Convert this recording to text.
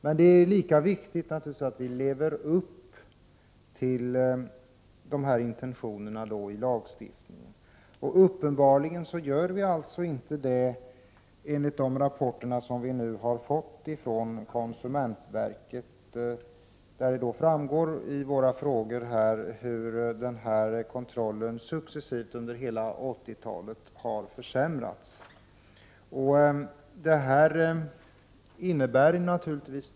Men lika viktigt är att vi lever upp till intentionerna bakom lagstiftningen. Uppenbarligen gör vi inte det, enligt de rapporter vi har fått från konsumentverket. Det framgår av de frågor Lennart Brunander och jag har ställt hur livsmedelskontrollen successivt har försämrats under hela 1980-talet.